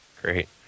Great